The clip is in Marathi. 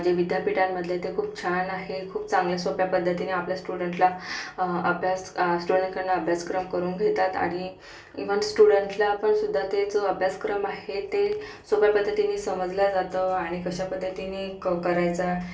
जे विद्यापीठांमधले ते खूप छान आहे खूप चांगल्या सोप्या पद्धतीने आपल्या स्टुडन्टला अभ्यास स्टुडन्टकडनं अभ्यासक्रम करून घेतात आणि इव्हन स्टुडन्टलापणसुद्धा ते जो अभ्यासक्रम आहे ते सोप्या पद्धतीने समजला जातो आणि कशा पद्धतीने क करायचा